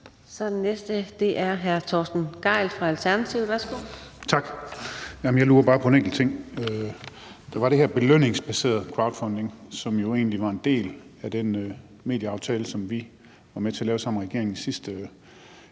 Værsgo. Kl. 18:09 Torsten Gejl (ALT): Tak. Jeg lurede bare på en enkelt ting. Det var det med det her belønningsbaserede crowdfunding, som jo egentlig var en del af den medieaftale, som vi var med til at lave med regeringen i sidste runde.